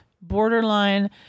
borderline